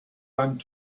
one